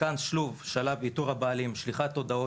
מכאן מגיע שלב איתור הבעלים, שליחת הודעות,